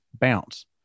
bounce